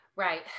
Right